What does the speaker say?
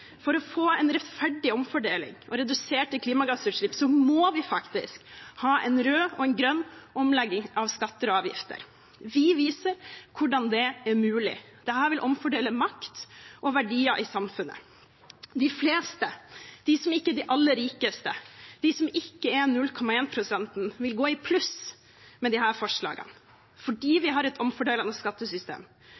For å få en mer rettferdig omfordeling og reduserte klimagassutslipp, må vi faktisk ha en rød og grønn omlegging av skatter og avgifter. Vi viser hvordan det er mulig. Dette vil omfordele makt og verdier i samfunnet. De fleste, de som ikke er de aller rikeste, de som ikke er med i 0,1-prosenten, vil gå i pluss med disse forslagene, fordi